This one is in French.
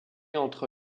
entre